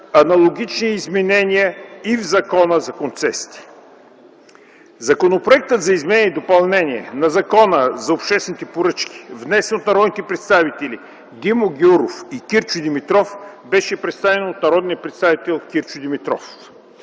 аналогични изменения и в Закона за концесиите. Законопроектът за изменение и допълнение на Закона за обществените поръчки, внесен от народните представители Димо Гяуров и Кирчо Димитров, беше представен от народния представител Кирчо Димитров.